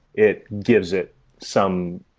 it gives it some